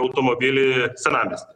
automobilį senamiesty